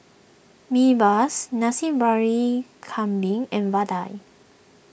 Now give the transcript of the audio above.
Mee bus Nasi Briyani Kambing and Vadai